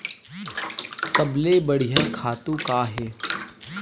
सबले बढ़िया खातु का हे?